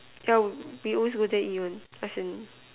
yeah I always go there and eat one as in